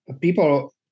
people